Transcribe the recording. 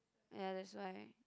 ya that's why